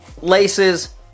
laces